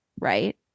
Right